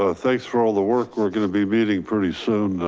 ah thanks for all the work we're gonna be meeting pretty soon.